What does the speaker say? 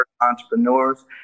entrepreneurs